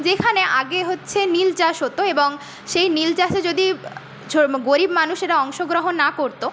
যেখানে আগে হচ্ছে নীল চাষ হতো এবং সেই নীল চাষে যদি গরীব মানুষেরা অংশগ্রহণ না করত